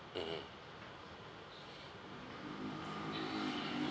mmhmm